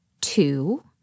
Two